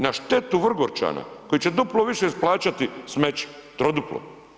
Na štetu Vrgorčana koji će duplo više plaćati smeće, troduplo.